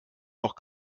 noch